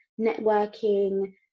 networking